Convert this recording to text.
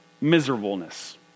Miserableness